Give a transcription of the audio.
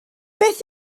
beth